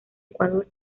ecuador